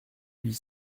huit